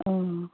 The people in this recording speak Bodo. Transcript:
औ